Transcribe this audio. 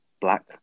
Black